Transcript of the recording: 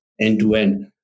end-to-end